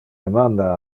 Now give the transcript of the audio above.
demanda